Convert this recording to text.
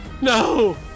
No